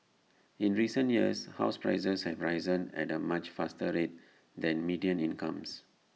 in recent years house prices have risen at A much faster rate than median incomes